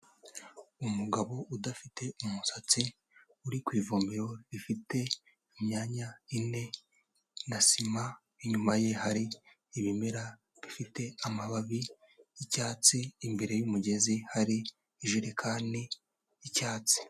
Umugabo udafite umusatsi uri ku ivomero rifite imyanya ine na sima, inyuma ye hari ibimera bifite amababi y'icyatsi imbere y'umugezi hari ijerekani y'icyatsi.